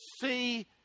see